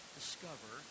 discover